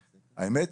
האמת,